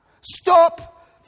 Stop